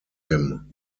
him